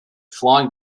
flying